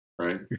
Right